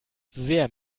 sehr